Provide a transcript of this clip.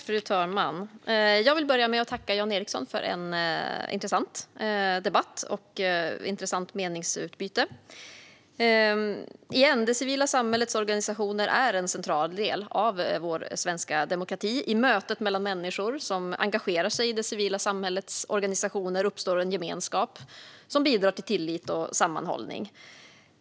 Fru talman! Jag vill börja med att tacka Jan Ericson för en intressant debatt och ett intressant meningsutbyte. Jag säger återigen att det civila samhällets organisationer är en central del av vår svenska demokrati. I mötet mellan människor som engagerar sig i det civila samhällets organisationer uppstår en gemenskap som bidrar till tillit och sammanhållning.